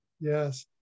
Yes